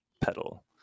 pedal